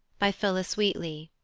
by phillis wheatley,